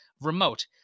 remote